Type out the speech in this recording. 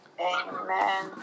Amen